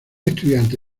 estudiante